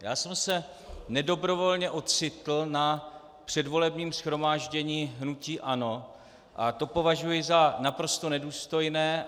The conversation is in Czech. Já jsem se nedobrovolně ocitl na předvolebním shromáždění hnutí ANO a to považuji za naprosto nedůstojné.